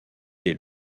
dès